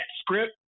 script